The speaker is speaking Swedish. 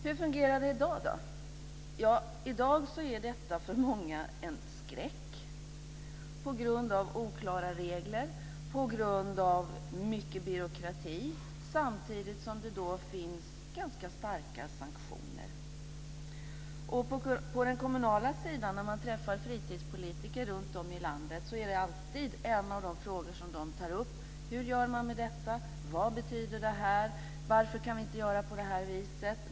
Hur fungerar det i dag? I dag är detta en skräck för många på grund av oklara regler och mycket byråkrati samtidigt som det finns ganska starka sanktioner. På den kommunala sidan är det alltid en av de frågor som tas upp när man träffar fritidspolitiker runt om i landet. Hur gör man med detta? Vad betyder det här? Varför kan vi inte göra på det här viset?